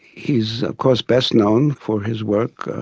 he's of course best known for his work,